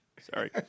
Sorry